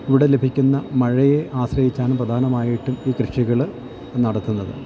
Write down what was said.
ഇവിടെ ലഭിക്കുന്ന മഴയെ ആശ്രയിച്ചാണ് പ്രധാനമായിട്ടും ഈ കൃഷികൾ നടത്തുന്നത്